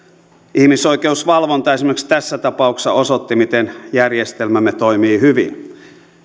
ihmisoikeusvalvonta esimerkiksi tässä tapauksessa osoitti miten järjestelmämme toimii hyvin